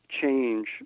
change